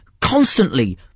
constantly